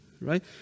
right